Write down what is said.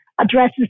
addresses